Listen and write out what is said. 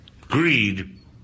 Greed